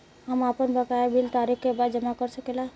हम आपन बकाया बिल तारीख क बाद जमा कर सकेला?